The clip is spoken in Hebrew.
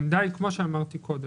כפי שאמרתי קודם.